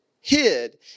hid